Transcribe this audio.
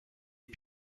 les